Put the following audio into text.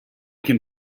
can